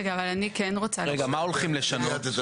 רגע אבל מה הולכים לשנות?